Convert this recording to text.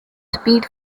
speed